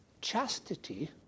Chastity